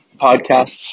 podcasts